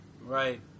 Right